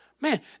Man